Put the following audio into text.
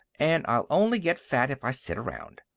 and i'll only get fat if i sit around.